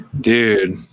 Dude